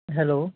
hello